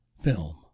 film